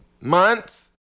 months